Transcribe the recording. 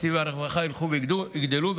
שתקציבי הרווחה ילכו ויגדלו,